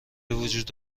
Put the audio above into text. وجود